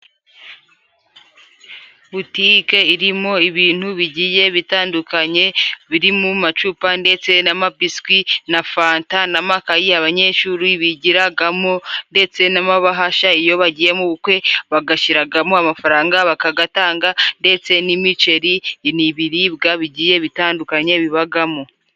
Butike irimo ibintu bigiye bitandukanye biri mu macupa ndetse na mabiswi na fata na makayi abanyeshuri bigiragamo ndetse n'amabahasha iyo bagiye mu bukwe bagashiragamo amafaranga bakagatanga ndetse n'imiceri n'ibiribwa bigiye bitandukanye bibagamo.